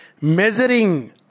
Measuring